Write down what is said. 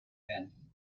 then